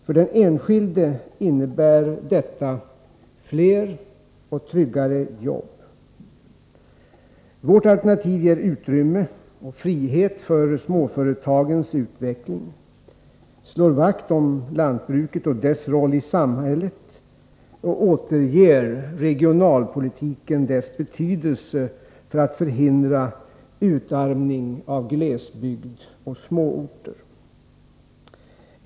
För den enskilde innebär detta fler och tryggare jobb. Vårt alternativ ger utrymme och frihet för småföretagens utveckling, slår vakt om lantbruket och dess roll i samhället och återger regionalpolitiken dess betydelse för att förhindra utarmning av glesbygd och småorter.